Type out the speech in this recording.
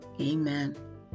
amen